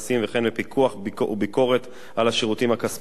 וכן פיקוח וביקורת על השירותים הכספיים.